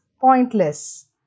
pointless